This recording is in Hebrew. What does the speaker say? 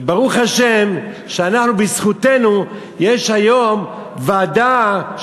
וברוך השם שבזכותנו יש היום ועדה,